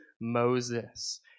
moses